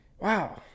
wow